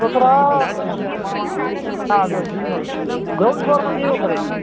तत्र मम ग्रौण्ड् फ़्लोर्मध्ये एव भवेत्